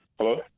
Hello